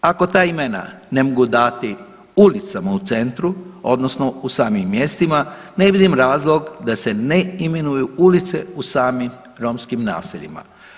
Ako ta imena ne mogu dati ulicama u centru odnosno u samim mjestima ne vidim razlog da se ne imenuju ulice u samim romskim naseljima.